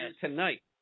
tonight